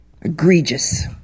egregious